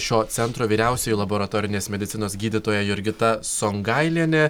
šio centro vyriausioji laboratorinės medicinos gydytoja jurgita songailienė